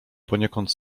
poniekąd